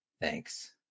Thanks